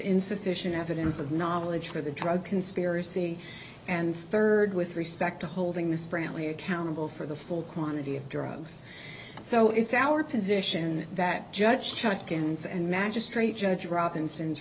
insufficient evidence of knowledge for the drug conspiracy and third with respect to holding this bramley accountable for the full quantity of drugs so it's our position that judge check ins and magistrate judge robinson